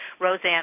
Roseanne